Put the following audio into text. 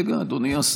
רגע, רגע, אדוני.